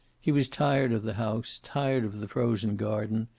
he was tired of the house, tired of the frozen garden,